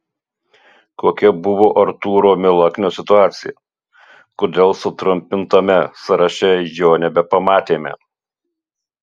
kokia buvo artūro milaknio situacija kodėl sutrumpintame sąraše jo nebepamatėme